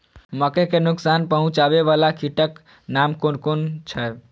मके के नुकसान पहुँचावे वाला कीटक नाम कुन कुन छै?